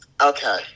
okay